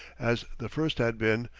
as the first had been,